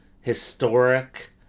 historic